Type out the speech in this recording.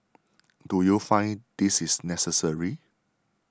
do you find this is necessary